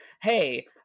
hey